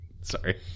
Sorry